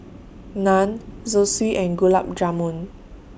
Naan Zosui and Gulab Jamun